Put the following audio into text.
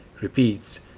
repeats